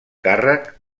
càrrec